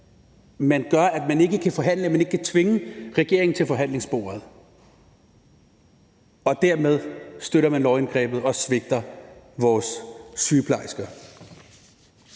betyder, at man ikke kan tvinge regeringen til forhandlingsbordet, og at man dermed støtter lovindgrebet og svigter vores sygeplejersker.